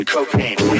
Cocaine